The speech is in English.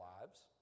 lives